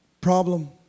problem